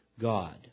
God